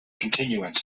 continuance